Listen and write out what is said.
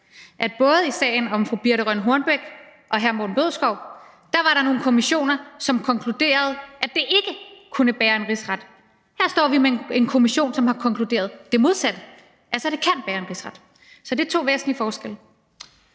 at både i sagen om fru Birthe Rønn Hornbech og hr. Morten Bødskov var der nogle kommissioner, som konkluderede, at det ikke kunne bære en rigsret. Her står vi med en kommission, som har konkluderet det modsatte, altså at det kan bære en rigsret. Så det er to væsentlige forskelle.